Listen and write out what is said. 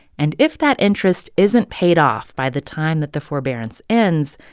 and if that interest isn't paid off by the time that the forbearance ends,